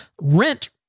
rent